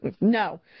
no